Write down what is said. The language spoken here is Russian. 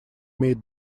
имеет